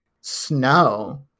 snow